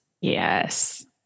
yes